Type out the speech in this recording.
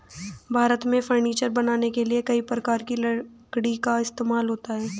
भारत में फर्नीचर बनाने के लिए कई प्रकार की लकड़ी का इस्तेमाल होता है